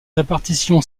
répartition